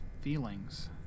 feelings